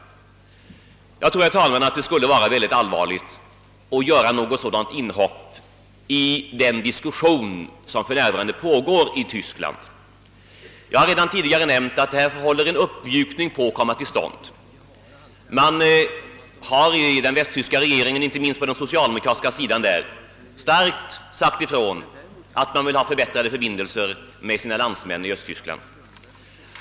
Jag tror att det skulle vara allvarligt att göra något sådant inhopp i den diskussion som för närvarande pågår i Tyskland. Jag har redan tidigare nämnt att en uppmjukning där håller på att komma till stånd. Man har inom den västtyska regeringen, inte minst på den socialdemokratiska sidan, starkt understrukit att man vill ha förbättrade förbindelser med landsmännen i Östtyskland.